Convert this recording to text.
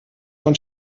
von